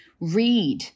read